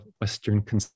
Western